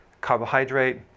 carbohydrate